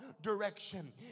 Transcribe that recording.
direction